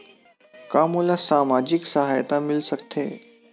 का मोला सामाजिक सहायता मिल सकथे?